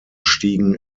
stiegen